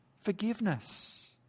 forgiveness